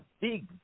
big